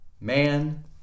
man